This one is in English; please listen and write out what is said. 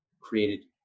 created